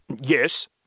Yes